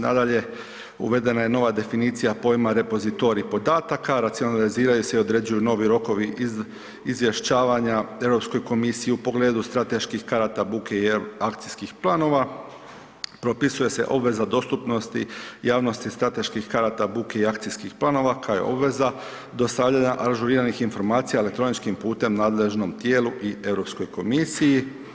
Nadalje, uvedena je nova definicija pojma „repozitorij podataka“, racionaliziraju se i određuju novi rokovi izvješćavanja Europskoj komisiji u pogledu strateških karata, buke jel, akcijskih planova, propisuju se obveza dostupnosti javnosti strateških karata, buke i akcijskih planova koja je obveza dostavljanja ažuriranih informacija elektroničkim putem nadležnom tijelu i Europskoj komisiji.